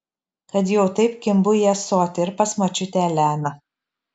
kad jau taip kimbu į ąsotį ir pas močiutę eleną